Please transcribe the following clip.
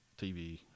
TV